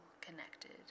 connected